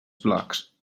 blocs